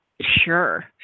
sure